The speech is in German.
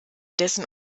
dessen